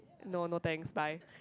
no no thanks bye